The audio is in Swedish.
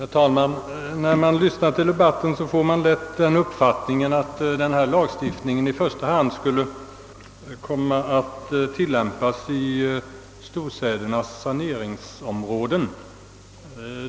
Herr talman! När man lyssnar på debatten får man lätt den uppfattningen att denna lagstiftning i första hand skulle komma att tillämpas i storstädernas saneringsområden.